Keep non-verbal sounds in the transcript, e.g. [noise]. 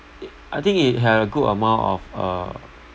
[noise] I think it had a good amount of uh